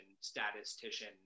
statistician